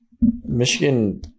Michigan